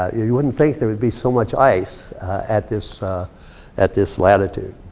ah you wouldn't think there would be so much ice at this at this latitude.